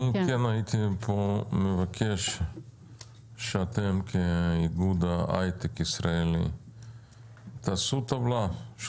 אני כן הייתי מבקש שאתם כאיגוד ההייטק הישראלי תעשו טבלה של